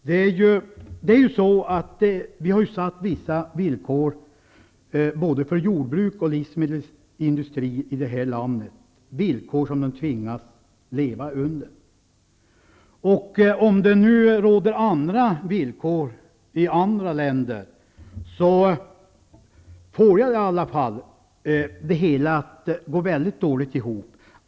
Vi har ju satt upp vissa villkor både för jordbruket och för livsmedelsindustrin i det här landet -- villkor som dessa tvingas leva under. Om andra villkor gäller i andra länder, går ekvationen väldigt dåligt ihop för mig.